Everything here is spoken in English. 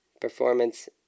performance